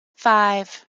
five